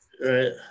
Right